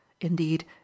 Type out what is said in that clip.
Indeed